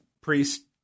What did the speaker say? Priest